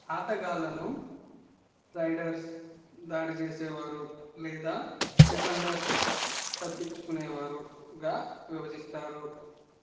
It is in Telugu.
ఆటగాళ్ళను రైడర్స్ దాడిచేసేవారు లేదా డిఫెండర్స్ తప్పించుకునేవారుగా విభజిస్తారు